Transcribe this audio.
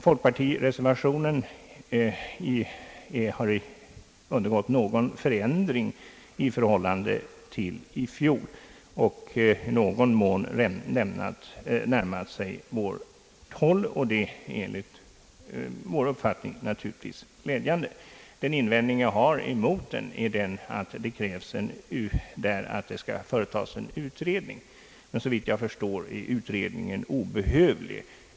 Folkpartireservationen har undergått någon förändring i förhållande till i fjol och i någon mån närmat sig vårt håll. Det är naturligtvis enligt vår mening glädjande. Den invändning jag har emot folkpartireservationen är att där krävs att det skall företas en utredning, men såvitt jag förstår behövs ingen utredning.